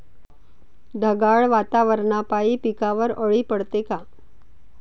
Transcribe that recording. ढगाळ वातावरनापाई पिकावर अळी पडते का?